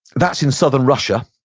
that's in southern russia,